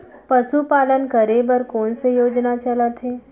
पशुपालन करे बर कोन से योजना चलत हे?